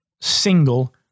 single